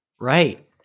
Right